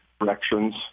directions